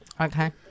Okay